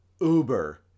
uber